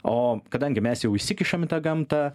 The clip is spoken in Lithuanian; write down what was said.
o kadangi mes jau įsikišam į tą gamtą